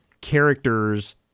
characters